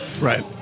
Right